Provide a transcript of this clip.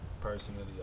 personally